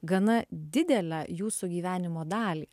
gana didelę jūsų gyvenimo dalį